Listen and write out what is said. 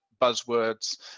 buzzwords